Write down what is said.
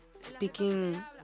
speaking